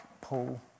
Paul